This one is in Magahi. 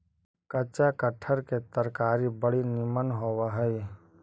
कच्चा कटहर के तरकारी बड़ी निमन होब हई